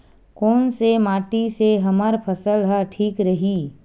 कोन से माटी से हमर फसल ह ठीक रही?